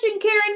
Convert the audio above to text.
Karen